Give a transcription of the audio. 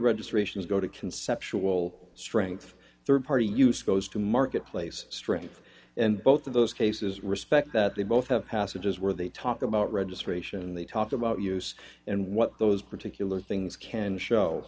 registrations go to conceptual strength rd party use goes to marketplace strength and both of those cases respect that they both have passages where they talk about registration and they talk about use and what those particular things can show